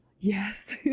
yes